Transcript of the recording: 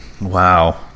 Wow